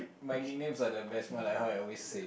my nicknames are the best one like how I always say